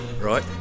Right